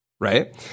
right